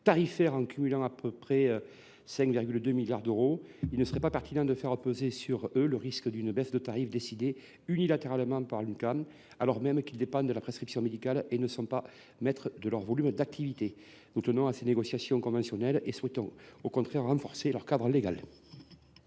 une économie d’environ 5,2 milliards d’euros. Il ne serait pas pertinent de faire peser sur eux le risque d’une baisse de tarif décidée unilatéralement par l’Uncam, alors même qu’ils dépendent de la prescription médicale et ne sont par conséquent pas maîtres de leur volume d’activité. Étant attachés aux négociations conventionnelles, nous souhaitons au contraire renforcer leur cadre légal.